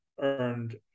earned